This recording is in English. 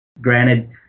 granted